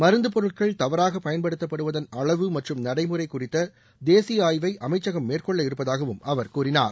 மருந்து பொருட்கள் தவறாக பயன்படுத்தப்படுவதன் அளவு மற்றும் நடடமுறை குறித்த தேசிய ஆய்வை அமைச்சகம் மேற்கொள்ள இருப்பதாகவும் அவர் கூறினார்